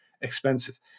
expenses